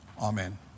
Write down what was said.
Amen